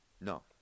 No